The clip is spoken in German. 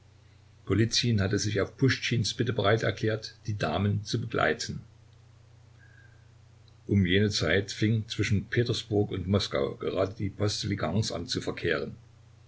hatte sich auf puschtschins bitte bereit erklärt die damen zu begleiten um jene zeit fing zwischen petersburg und moskau gerade die postdiligence an zu verkehren